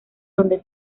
donde